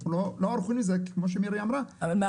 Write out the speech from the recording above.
כמו שמירי אמרה, אנחנו לא ערוכים לזה.